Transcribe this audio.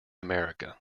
america